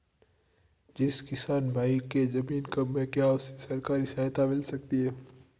जिस किसान भाई के ज़मीन कम है क्या उसे सरकारी सहायता मिल सकती है?